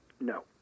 No